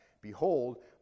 Behold